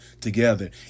together